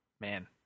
Man